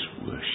worship